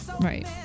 Right